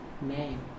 name